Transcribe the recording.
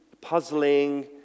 puzzling